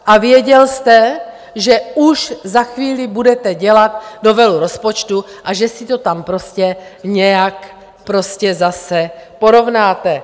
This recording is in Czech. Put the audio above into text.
A věděl jste, že už za chvíli budete dělat novelu rozpočtu a že si to tam nějak prostě zase porovnáte.